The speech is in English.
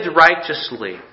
righteously